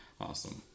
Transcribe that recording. awesome